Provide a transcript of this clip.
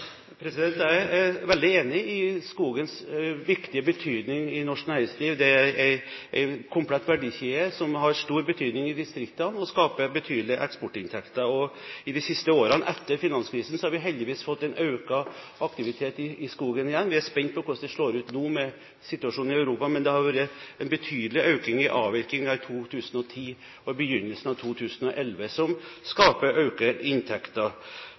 Jeg er veldig enig i skogens viktige betydning i norsk næringsliv. Det er en komplett verdikjede som har stor betydning i distriktene, og som skaper betydelige eksportinntekter. De siste årene etter finanskrisen har vi heldigvis fått økt aktivitet i skogen igjen. Vi er spent på hvordan det slår ut nå, med situasjonen i Europa, men det har vært en betydelig økning i avvirkningen i 2010 og i begynnelsen av 2011, som skaper økte inntekter.